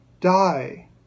die